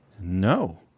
no